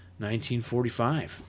1945